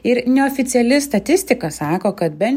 ir neoficiali statistika sako kad bent